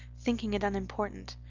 thinking it unimportant.